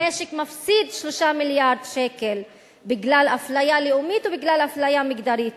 המשק מפסיד 3 מיליארדי שקלים בגלל אפליה לאומית ובגלל אפליה מגדרית